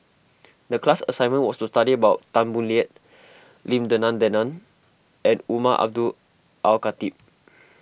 the class assignment was to study about Tan Boo Liat Lim Denan Denon and Umar Abdullah Al Khatib